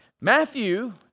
Matthew